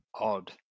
odd